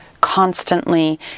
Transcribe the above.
constantly